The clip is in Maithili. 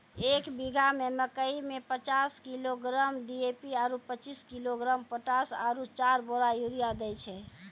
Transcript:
एक बीघा मे मकई मे पचास किलोग्राम डी.ए.पी आरु पचीस किलोग्राम पोटास आरु चार बोरा यूरिया दैय छैय?